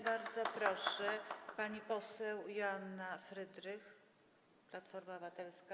Bardzo proszę, pani poseł Joanna Frydrych, Platforma Obywatelska.